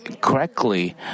correctly